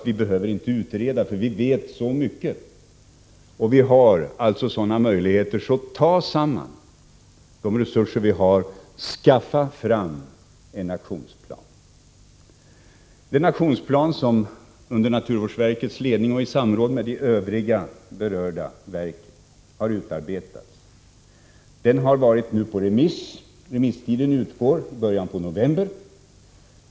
Vi behöver inte utreda, för vi vet så mycket och har goda möjligheter. Ta samman de resurser vi har och skaffa fram en aktionsplan! Den aktionsplan som utarbetats under naturvårdsverkets ledning och i samråd med övriga berörda verk har nu varit på remiss. Remisstiden utgår i början av november.